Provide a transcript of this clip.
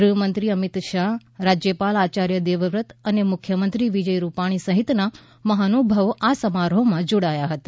ગૃહમંત્રી અમિત શાહ રાજ્યપાલ આચાર્ય દેવવ્રત અને મુખ્યમંત્રી વિજય રૂપાણી સહિતના મહાનુભાવો આ સમારોહમાં જોડાયા હતા